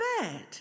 bed